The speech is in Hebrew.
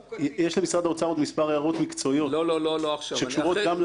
יש למשרד האוצר עוד מספר הערות מקצועיות שקשורות גם למכרזים.